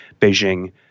Beijing